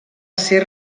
ser